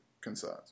concerns